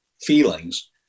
feelings